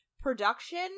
production